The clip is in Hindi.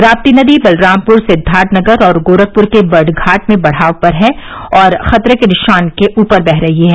राप्ती नदी बलरामपुर सिद्वार्थनगर और गोरखपुर के बर्डघाट में बढ़ाव पर है और खतरे के निशान पर बह रही है